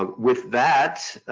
ah with that,